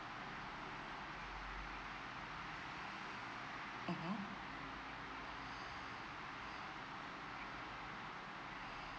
mmhmm